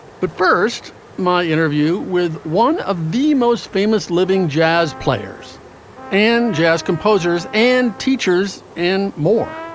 but first, my interview with one of the most famous living jazz players and jazz composers and teachers and more